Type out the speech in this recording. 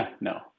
No